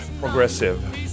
progressive